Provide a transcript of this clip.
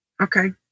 Okay